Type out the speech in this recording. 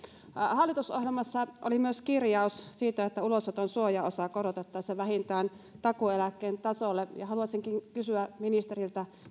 hallitusohjelmassa oli myös kirjaus siitä että ulosoton suojaosaa korotettaisiin vähintään takuueläkkeen tasolle ja haluaisinkin kysyä ministeriltä